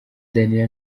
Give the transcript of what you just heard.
danny